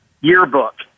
yearbook